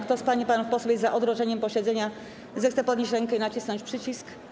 Kto z pań i panów posłów jest za odroczeniem posiedzenia, zechce podnieść rękę i nacisnąć przycisk.